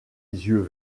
yeux